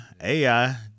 AI